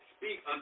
Speak